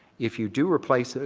if you do replace it,